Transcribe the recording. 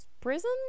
prison